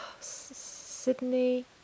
Sydney